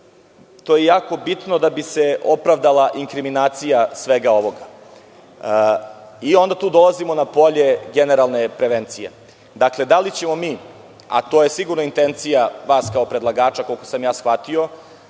je to jako bitno da bi se opravdala inkriminacija svega ovoga i onda tu dolazimo na polje generalne prevencije. Dakle, da li ćemo mi, a to je sigurno intencija vas kao predlagača, koliko sam ja shvatio,